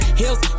heels